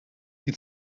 die